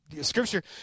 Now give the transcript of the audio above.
Scripture